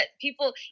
People